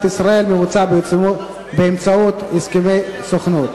ישראל מבוצע באמצעות הסכמי סוכנות.